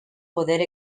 poder